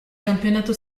campionato